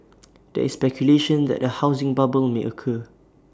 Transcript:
there is speculation that A housing bubble may occur